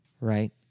right